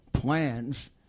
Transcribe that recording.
plans